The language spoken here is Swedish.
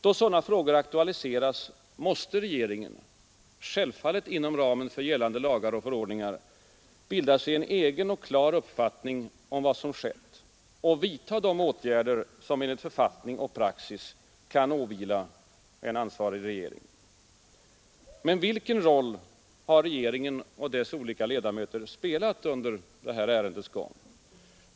Då sådana frågor aktualiseras måste regeringen — självfallet inom ramen för gällande lagar och förordningar — bilda sig en egen och klar uppfattning om vad som skett och vidta de åtgärder som enligt författning och praxis kan åvila en ansvarig regering. Men vilken roll har regeringen och dess olika ledamöter spelat under detta ärendes gång?